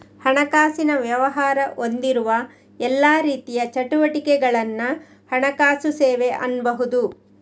ಹಣಕಾಸಿನ ವ್ಯವಹಾರ ಹೊಂದಿರುವ ಎಲ್ಲಾ ರೀತಿಯ ಚಟುವಟಿಕೆಗಳನ್ನ ಹಣಕಾಸು ಸೇವೆ ಅನ್ಬಹುದು